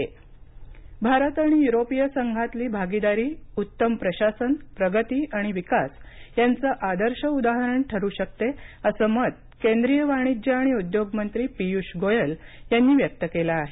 भारत यरोपीय संघ भारत आणि युरोपीय संघातली भागीदारी उत्तम प्रशासन प्रगती आणि विकास यांचं आदर्श उदाहरण ठरू शकते असं मत केंद्रिय वाणिज्य आणि उद्योग मंत्री पीयूष गोयल यांनी व्यक्त केलं आहे